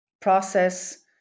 process